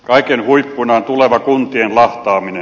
kaiken huippuna on tuleva kuntien lahtaaminen